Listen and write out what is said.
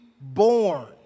born